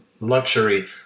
luxury